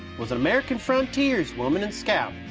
was an american frontierswoman and scout.